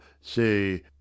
say